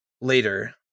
later